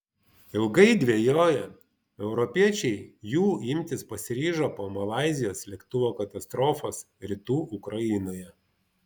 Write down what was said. ilgai dvejoję europiečiai jų imtis pasiryžo po malaizijos lėktuvo katastrofos rytų ukrainoje